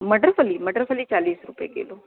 मटर पनीर मटर पनीर चालीस रुपये किलो